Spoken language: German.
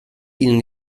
ihnen